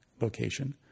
location